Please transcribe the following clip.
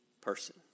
person